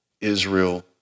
Israel